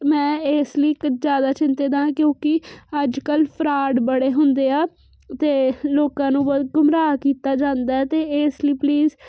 ਮੈਂ ਇਸ ਲਈ ਜਿਆਦਾ ਚਿੰਤਤ ਆ ਕਿਉਂਕਿ ਅੱਜ ਕੱਲ ਫਰਾਡ ਬੜੇ ਹੁੰਦੇ ਆ ਤੇ ਲੋਕਾਂ ਨੂੰ ਬਹੁਤ ਗੁੰਮਰਾਹ ਕੀਤਾ ਜਾਂਦਾ ਤੇ ਇਸ ਲਈ ਪਲੀਜ਼